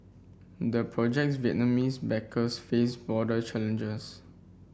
the project's Vietnamese backers face broader challenges